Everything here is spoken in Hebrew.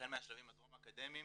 החל מהשלבים הטרום אקדמיים